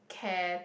care